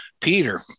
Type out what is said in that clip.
Peter